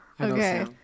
Okay